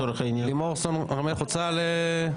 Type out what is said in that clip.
לימור סון הר מלך רוצה להתייחס?